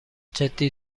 جدی